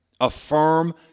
affirm